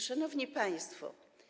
Szanowni Państwo!